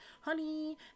honey